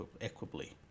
equably